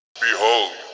Behold